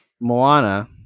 Moana